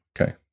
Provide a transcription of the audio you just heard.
Okay